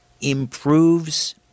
improves